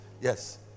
Yes